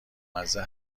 مزه